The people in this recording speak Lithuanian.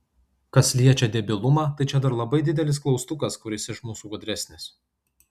kas liečia debilumą tai čia dar labai didelis klaustukas kuris iš mūsų gudresnis